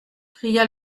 cria